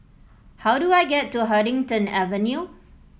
how do I get to Huddington Avenue